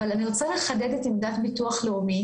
אבל אני רוצה לחדד את עמדת ביטוח לאומי